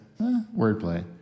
Wordplay